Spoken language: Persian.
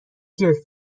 جلف